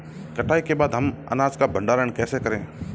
कटाई के बाद हम अनाज का भंडारण कैसे करें?